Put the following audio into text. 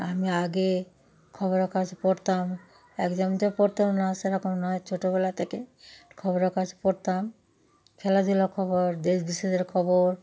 আমি আগে খবরের কাগজ পড়তাম একদম যে পড়তাম না সেরকম নয় ছোটোবেলা থেকে খবরের কাগজ পড়তাম খেলাধুলা খবর দেশ বিদেশের খবর